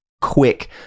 quick